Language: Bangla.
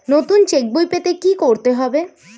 নতুন চেক বই পেতে কী করতে হবে?